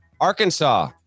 Arkansas